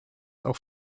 auch